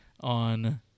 On